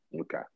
Okay